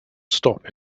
stop